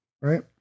Right